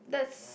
that's